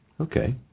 Okay